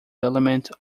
element